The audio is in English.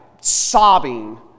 sobbing